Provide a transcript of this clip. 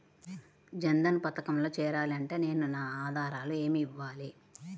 జన్ధన్ పథకంలో చేరాలి అంటే నేను నా ఆధారాలు ఏమి ఇవ్వాలి?